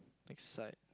next slide